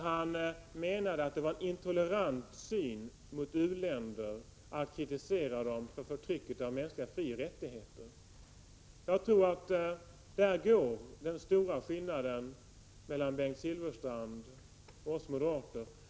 Han menade att det var en intolerant syn mot u-länder att kritisera dem för förtrycket av mänskliga frioch rättigheter. Där går den stora skiljelinjen mellan Bengt Silfverstrand och oss moderater.